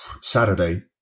Saturday